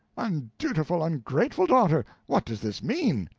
undutiful, ungrateful daughter! what does this mean?